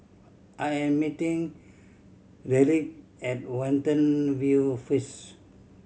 I am meeting Ryleigh at Watten View first